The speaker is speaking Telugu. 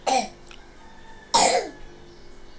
ప్రమాదవశాత్తు లేదా సహజముగా చనిపోతే బీమా పనిచేత్తదా?